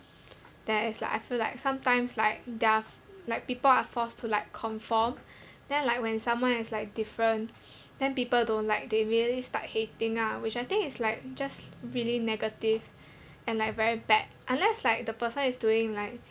then it's like I feel like sometimes like their f~ like people are forced to like conform then like when someone is like different then people don't like they immediately start hating lah which I think it's like just really negative and like very bad unless like the person is doing like